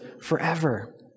forever